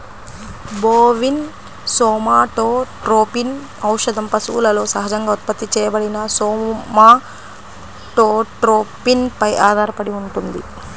bovine somatotropin ఔషధం పశువులలో సహజంగా ఉత్పత్తి చేయబడిన సోమాటోట్రోపిన్ పై ఆధారపడి ఉంటుంది